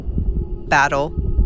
battle